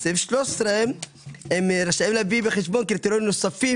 בסעיף 13 הם רשאים להביא בחשבון קריטריונים נוספים